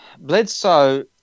Bledsoe